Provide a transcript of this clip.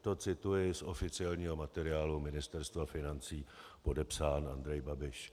To cituji z oficiálního materiálu Ministerstva financí, podepsán Andrej Babiš.